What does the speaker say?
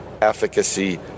efficacy